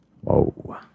Whoa